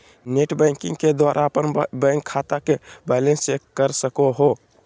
net banking के द्वारा अपन बैंक खाता के बैलेंस चेक कर सको हो